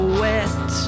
wet